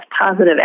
positive